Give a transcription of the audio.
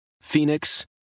Phoenix